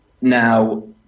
Now